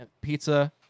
Pizza